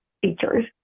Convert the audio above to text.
features